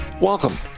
welcome